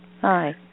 Hi